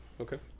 Okay